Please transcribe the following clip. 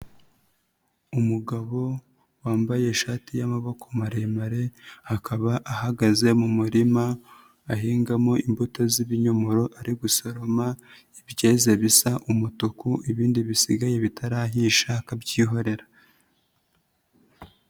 Umugabo wambaye ishati y'amaboko maremare, akaba ahagaze mu murima ahingamo imbuto z'ibinyomoro ari gusoroma ibyeze bisa umutuku, ibindi bisigaye bitarahisha akabyihorera.